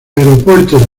aeropuerto